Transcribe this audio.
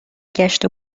گشت